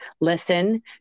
listen